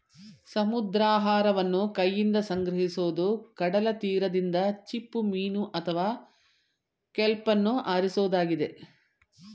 ಸಮುದ್ರಾಹಾರವನ್ನು ಕೈಯಿಂದ ಸಂಗ್ರಹಿಸೋದು ಕಡಲತೀರದಿಂದ ಚಿಪ್ಪುಮೀನು ಅಥವಾ ಕೆಲ್ಪನ್ನು ಆರಿಸೋದಾಗಿದೆ